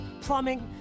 plumbing